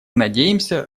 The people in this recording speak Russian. надеемся